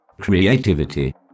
creativity